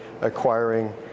acquiring